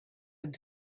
and